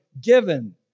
given